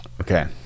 Okay